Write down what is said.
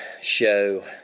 show